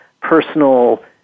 personal